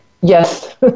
yes